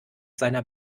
seiner